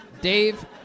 Dave